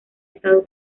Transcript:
estado